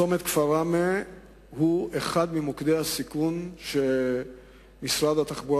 צומת כפר ראמה הוא אחד ממוקדי הסיכון שמשרד התחבורה